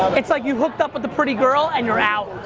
it's like you hooked up with a pretty girl and you're out.